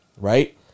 right